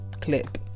clip